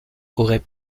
aurait